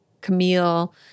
Camille